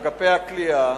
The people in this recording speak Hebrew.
אגפי הכליאה,